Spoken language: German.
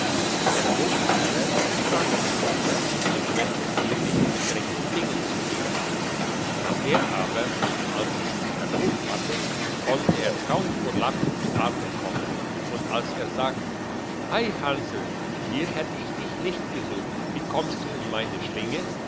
der vogelsteller erschrak anfänglich als wenn es hier nicht mit rechten dingen zuginge nachher aber als er sich erholt hatte konnte er kaum vor lachen zu atem kommen und als er sagte ei hansel hier hätt ich dich nicht gesucht wie kommst du in meine schlinge